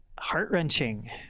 heart-wrenching